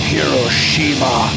Hiroshima